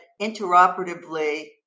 interoperatively